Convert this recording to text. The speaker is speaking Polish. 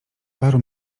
paru